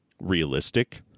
realistic